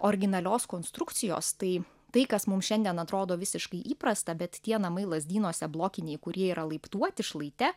originalios konstrukcijos tai tai kas mum šiandien atrodo visiškai įprasta bet tie namai lazdynuose blokiniai kurie yra laiptuoti šlaite